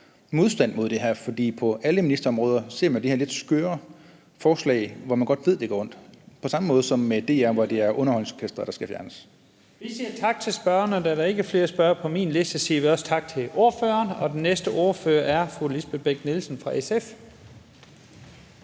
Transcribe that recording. modstand mod det her. For på alle ministerområder ser man det her lidt skøre forslag, hvor man godt ved det gør ondt. Det er på samme måde som med DR, hvor det er Underholdningsorkestret, der skal fjernes. Kl. 11:21 Første næstformand (Leif Lahn Jensen): Vi siger tak til spørgeren. Da der ikke er flere spørgere på min liste, siger vi også tak til ordføreren. Den næste ordfører er fru Lisbeth Bech-Nielsen fra SF.